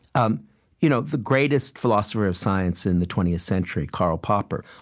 um you know the greatest philosopher of science in the twentieth century, karl popper,